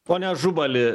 pone ažubali